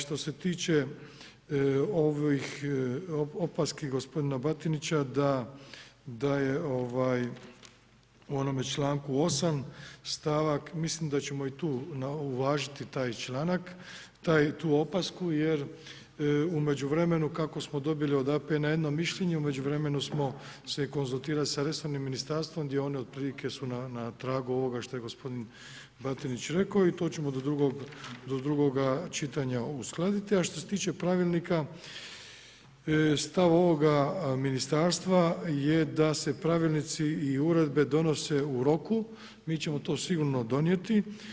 Što se tiče ovih opaski gospodina Batinića da je u onome članku 8., mislim da ćemo i tu uvažiti taj članak, tu opasku jer u međuvremenu kako smo dobili od APN jedno mišljenje, u međuvremenu smo se konzultirali sa resornim ministarstvom gdje oni otprilike su na tragu ovoga što je gospodin Batinić rekao i to ćemo do drugog čitanja uskladiti a što se tiče pravilnika, stav ovoga ministarstva je da se pravilnici i uredbe donose u roku, mi ćemo to sigurno donijeti.